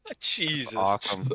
Jesus